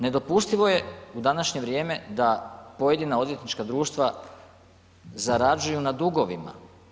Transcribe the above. Nedopustivo je u današnje vrijeme da pojedina odvjetnička društva zarađuju na dugovima.